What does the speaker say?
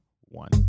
one